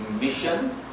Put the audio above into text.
mission